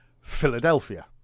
Philadelphia